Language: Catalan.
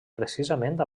precisament